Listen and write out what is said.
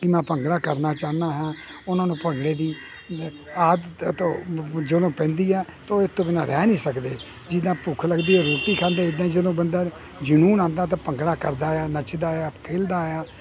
ਕਿ ਮੈਂ ਭੰਗੜਾ ਕਰਨਾ ਚਾਹੁੰਦਾ ਹਾਂ ਉਹਨਾਂ ਨੂੰ ਭੰਗੜੇ ਦੀ ਆਦਤ ਤਾਂ ਜਦੋਂ ਪੈਂਦੀ ਆ ਅਤੇ ਉਹ ਇਸ ਤੋਂ ਬਿਨਾਂ ਰਹਿ ਨਹੀਂ ਸਕਦੇ ਜਿੱਦਾ ਭੁੱਖ ਲੱਗਦੀ ਹੋਵੇ ਰੋਟੀ ਖਾਂਦੇ ਇੱਦਾਂ ਜਦੋਂ ਬੰਦਾ ਜਨੂਨ ਆਉਂਦਾ ਤਾਂ ਭੰਗੜਾ ਕਰਦਾ ਆ ਨੱਚਦਾ ਆ ਖੇਲਦਾ ਆ